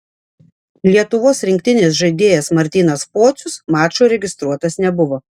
lietuvos rinktinės žaidėjas martynas pocius mačui registruotas nebuvo